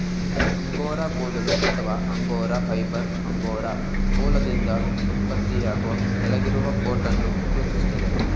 angora ಕೂದಲು ಅಥವಾ angora fibre angora ಮೊಲದಿಂದ ಉತ್ಪತ್ತಿಯಾಗುವ ಕೆಳಗಿರುವ ಕೋಟನ್ನು ಸೂಚಿಸ್ತದೆ